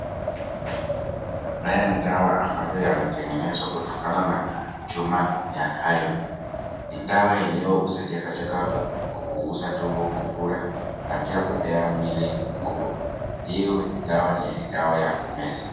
Haya ni dawa ambazo yametengenezwa kutokana na chuma ya iron. Dawa yenyewe husaidia katika kupunguza tumbo kufura na pia kupea mwili nguvu. Hiyo dawa ni dawa ya kumeza.